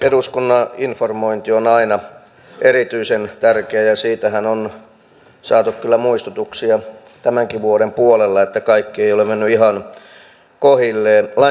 eduskunnan informointi on aina erityisen tärkeää ja siitähän on saatu kyllä muistutuksia tämänkin vuoden puolella että kaikki ei ole mennyt ihan kohdilleen